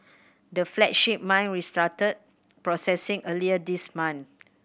the flagship mine restarted processing earlier this month